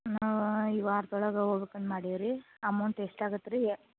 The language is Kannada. ನಾವು ಈ ವಾರ್ದೊಳಗೆ ಹೋಗ್ಬೇಕಂದು ಮಾಡೀವಿ ರೀ ಅಮೌಂಟ್ ಎಷ್ಟು ಆಗತ್ತೆ ರೀ ಯ